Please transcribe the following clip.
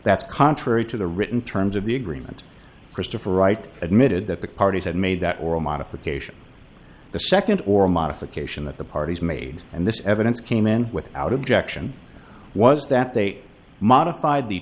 that's contrary to the written terms of the agreement christopher right admitted that the parties had made that oral modification the second or modification that the parties made and this evidence came in without objection was that they modified the